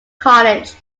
college